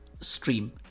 stream